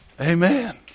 Amen